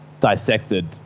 dissected